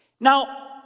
Now